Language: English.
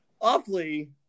awfully